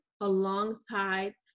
alongside